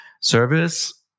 service